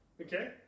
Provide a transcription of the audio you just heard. Okay